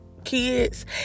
Kids